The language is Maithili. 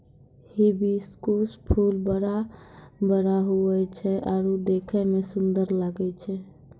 हिबिस्कुस फूल बड़ा बड़ा हुवै छै आरु देखै मे सुन्दर लागै छै